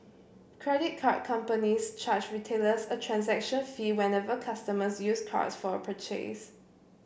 credit card companies charge retailers a transaction fee whenever customers use cards for a purchase